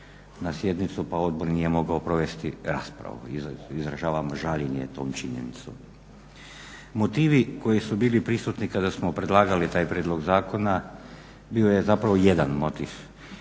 na sjednicu pa odbor nije mogao provesti raspravu. Izražavamo žaljenje tom činjenicom. Motivi koji su bili prisutni kada smo predlagali taj prijedlog zakona bio je zapravo jedan motiv,